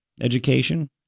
education